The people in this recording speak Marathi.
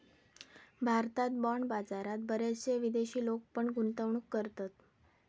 भारतात बाँड बाजारात बरेचशे विदेशी लोक पण गुंतवणूक करतत